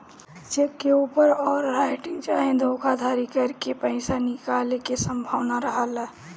check के ऊपर overwriting चाहे धोखाधरी करके पईसा निकाले के संभावना रहेला